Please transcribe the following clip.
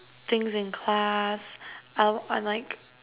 things in class I I like